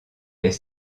est